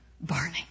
burning